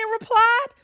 replied